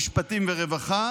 המשפטים והרווחה,